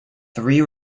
three